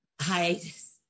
Hiatus